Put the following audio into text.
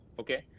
okay